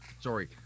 sorry